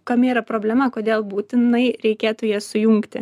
kame yra problema kodėl būtinai reikėtų jas sujungti